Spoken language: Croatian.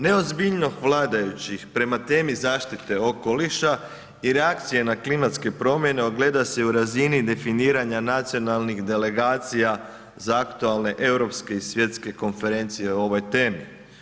Neozbiljnost vladajućih prema temi zaštite okoliša i reakcije na klimatske promjene ogleda se i u razini definiranja nacionalnih delegacija za aktualne europske i svjetske konferencije o ovoj temi.